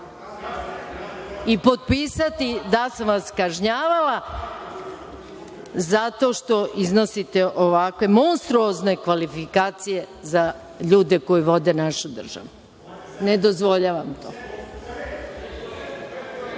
i potpisati da sam vas kažnjavala zato što iznosite ovakve monstruozne kvalifikacije za ljude koji vode našu državu. Ne dozvoljavam to.A,